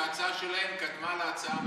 גם בגלל שההצעה שלהם קדמה להצעה הממשלתית.